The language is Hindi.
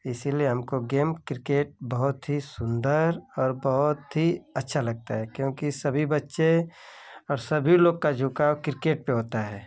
इसलिए हमको गेम किरकेट बहुत ही सुंदर और बहुत ही अच्छा लगता हे क्योंकि सभी बच्चे और सभी लोग का झुकाव किर्केट पर होता है